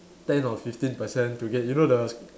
ten or fifteen percent to get you know the